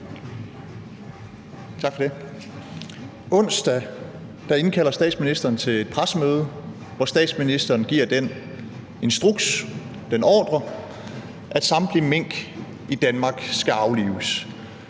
Onsdag indkalder statsministeren til et pressemøde, hvor statsministeren giver den instruks, den ordre, at samtlige mink i Danmark skal aflives.